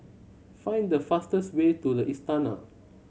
find the fastest way to The Istana